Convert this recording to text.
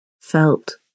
felt